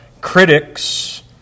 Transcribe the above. critics